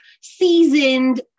seasoned